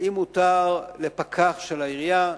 האם מותר לפקח של העירייה,